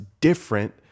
different